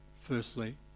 firstly